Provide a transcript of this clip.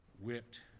whipped